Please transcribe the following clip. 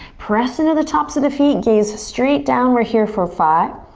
press into the tops of the feet. gaze straight down. we're here for five,